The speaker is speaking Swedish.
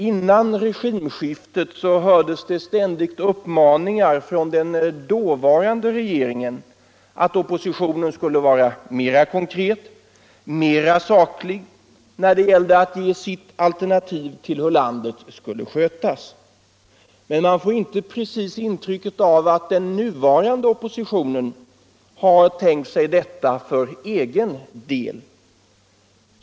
Före regimskiftet hördes det ständigt uppmaningar från den dåvarande regeringen att oppositionen skulle vara mera konkret och mera saklig när det gällde att ge sitt alternativ till hur landet skulle skötas. men man får inte precis intrycket att den nuvarande oppositionen har tänkt sig detta för egen del.